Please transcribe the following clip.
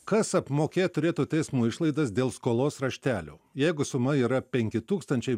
kas apmokėt turėtų teismo išlaidas dėl skolos raštelio jeigu suma yra penki tūkstančiai